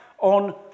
on